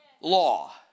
law